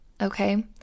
Okay